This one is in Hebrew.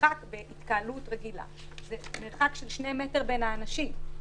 המרחק בין התקהלות רגילה זה מרחק של 2 מטר בין האנשים.